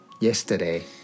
yesterday